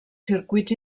circuits